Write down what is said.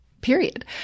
period